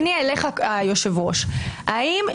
אז אתם רוצים לבטל את מערכת המשפט, רוצים לשלוח